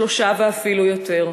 שלושה ואפילו יותר.